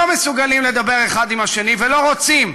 לא מסוגלים לדבר האחד עם השני ולא רוצים,